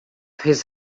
his